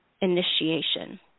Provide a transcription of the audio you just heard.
initiation